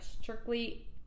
strictly